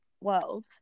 world